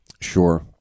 Sure